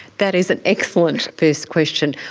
that is an excellent first question.